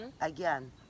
Again